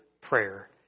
prayer